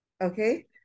Okay